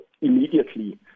immediately